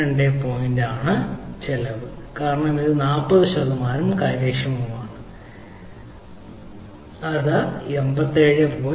83 ആണ് ചെലവ് കാരണം ഇത് 40 ശതമാനം കാര്യക്ഷമമാണ് അതിനാൽ 40 ബൈ 100 അതിനാൽ ഇത് 57